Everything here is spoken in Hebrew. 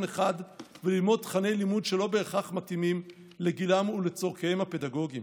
אחד וללמוד תוכני לימוד שלא בהכרח מתאימים לגילם ולצורכיהם הפדגוגים.